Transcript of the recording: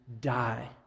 die